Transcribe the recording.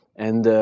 and